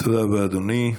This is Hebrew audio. תודה רבה, אדוני.